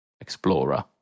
Explorer